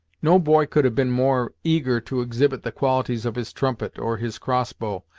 no boy could have been more eager to exhibit the qualities of his trumpet, or his crossbow,